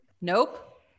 Nope